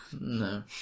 No